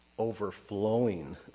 overflowing